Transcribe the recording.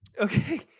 okay